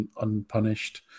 unpunished